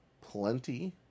Plenty